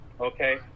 okay